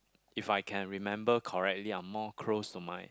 if I can remember correctly I'm more close to my